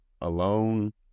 alone